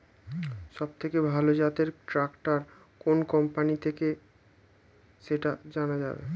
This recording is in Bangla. সবথেকে ভালো জাতের ট্রাক্টর কোন কোম্পানি থেকে সেটা জানা যাবে?